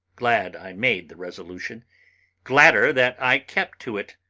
glad i made the resolution gladder that i kept to it.